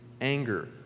anger